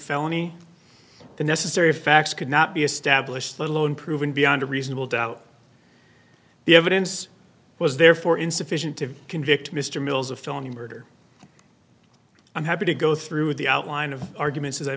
felony the necessary facts could not be established let alone proven beyond a reasonable doubt the evidence was therefore insufficient to convict mr mills of felony murder i'm happy to go through the outline of arguments as i